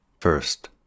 First